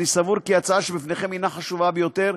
אני סבור כי ההצעה שבפניכם הינה חשובה ביותר,